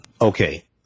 Okay